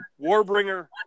Warbringer